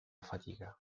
fatica